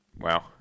Wow